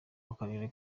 w’akarere